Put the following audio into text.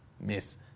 miss